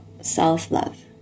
self-love